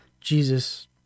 Jesus